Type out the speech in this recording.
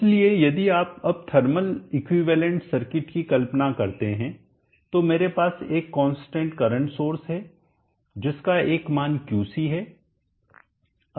इसलिए यदि आप अब थर्मल इक्विवेलेंट सर्किट की कल्पना करते हैं तो मेरे पास एक कांस्टेंट करंट सोर्स है जिसका एक मान क्यूसी है